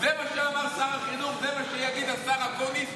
זה מה שאמר שר החינוך, זה מה שיגיד השר אקוניס.